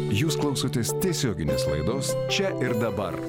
jūs klausotės tiesioginės laidos čia ir dabar